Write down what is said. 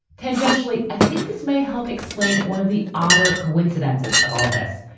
tangentially, i think this may help explain one of the odder coincidences of all this,